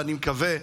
ואני מקווה,